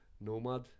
nomad